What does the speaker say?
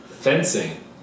Fencing